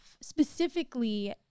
specifically